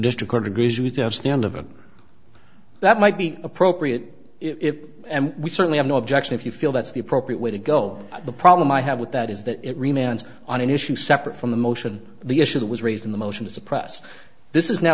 of that might be appropriate if and we certainly have no objection if you feel that's the appropriate way to go the problem i have with that is that it remains on an issue separate from the motion the issue that was raised in the motion to suppress this is now